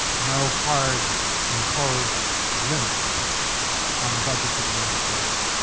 no hard imposed limits on the budgets of the member states.